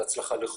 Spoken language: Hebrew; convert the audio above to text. בהצלחה לכולנו.